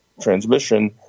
transmission